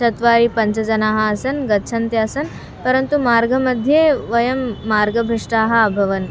चत्वारि पञ्च जनाः आसं गच्छन्त्यासं परन्तु मार्गमध्ये वयं मार्गभ्रष्टा अभवं